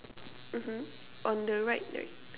mmhmm on the right right